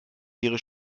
wäre